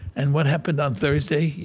and what happened on thursday?